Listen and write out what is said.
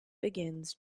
begins